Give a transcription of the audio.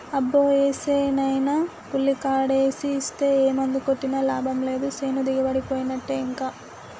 అబ్బో ఏసేనైనా ఉల్లికాడేసి ఇస్తే ఏ మందు కొట్టినా లాభం లేదు సేను దిగుబడిపోయినట్టే ఇంకా